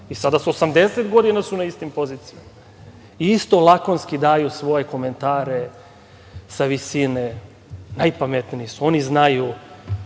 i sada su, 80 godina su na istim pozicijama i isto lakonski daju svoje komentare, sa visine, najpametniji su, oni znaju